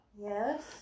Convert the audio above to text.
Yes